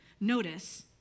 Notice